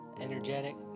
Energetic